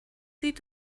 sieht